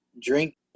Drink